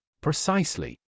Precisely